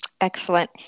Excellent